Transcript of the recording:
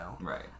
Right